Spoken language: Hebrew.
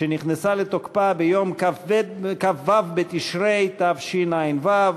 שנכנסה לתוקפה ביום כ"ו בתשרי תשע"ו,